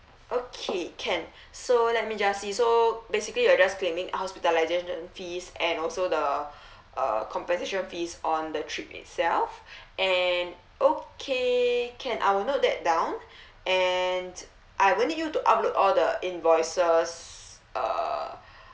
okay can so let me just see so basically you're just claiming hospitalisation fees and also the uh compensation fees on the trip itself and okay can I will note that down and I will need you to upload all the invoices uh